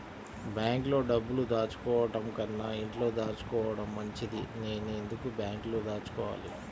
బ్యాంక్లో డబ్బులు దాచుకోవటంకన్నా ఇంట్లో దాచుకోవటం మంచిది నేను ఎందుకు బ్యాంక్లో దాచుకోవాలి?